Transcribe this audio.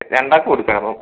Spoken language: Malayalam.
രണ്ടാൾക്കും എടുക്കാന്